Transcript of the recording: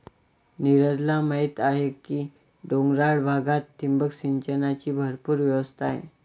नीरजला माहीत आहे की डोंगराळ भागात ठिबक सिंचनाची भरपूर व्यवस्था आहे